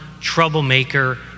troublemaker